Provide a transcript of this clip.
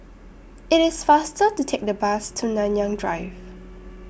IT IS faster to Take The Bus to Nanyang Drive